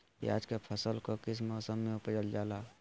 प्याज के फसल को किस मौसम में उपजल जाला?